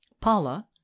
Paula